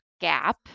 gap